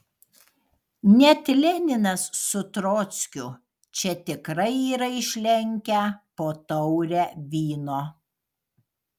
net leninas su trockiu čia tikrai yra išlenkę po taurę vyno